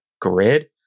grid